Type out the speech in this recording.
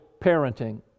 parenting